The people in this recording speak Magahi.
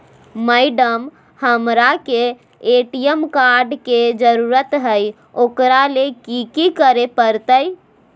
मैडम, हमरा के ए.टी.एम कार्ड के जरूरत है ऊकरा ले की की करे परते?